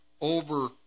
over